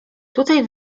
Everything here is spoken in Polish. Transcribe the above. tutaj